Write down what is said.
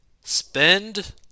Spend